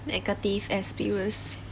negative experience